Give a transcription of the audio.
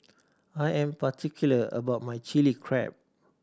I am particular about my Chili Crab